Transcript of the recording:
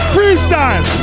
Freestyle